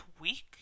week